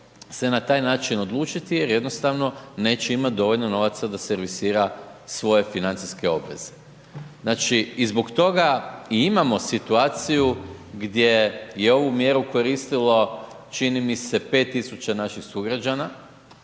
se na taj način odlučiti jer jednostavno neće imati dovoljno novaca da servisira svoje financijske obveze. I zbog toga i imamo situaciju gdje je ovu mjeru koristilo, čini mi se 5 tisuća naših sugrađana,